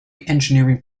engineering